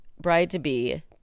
bride-to-be